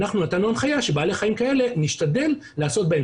אנחנו נתנו הנחיה שבעלי חיים כאלה נשתדל לעשות בהם